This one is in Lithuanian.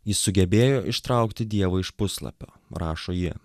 jis sugebėjo ištraukti dievą iš puslapio rašo ji